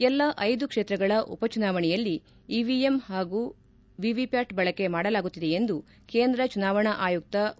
ಎಲ್ಲ ಐದು ಕ್ಷೇತ್ರಗಳ ಉಪಚುನಾವಣೆಯಲ್ಲಿ ಇವಿಎಂ ಹಾಗೂ ವಿವಿಷ್ಣಾಟ್ ಬಳಕೆ ಮಾಡಲಾಗುತ್ತಿದೆ ಎಂದು ಕೇಂದ್ರ ಚುನಾವಣಾ ಆಯುಕ್ತ ಒ